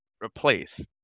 replace